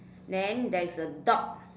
then there's a dog